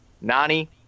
Nani